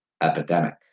epidemic